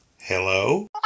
Hello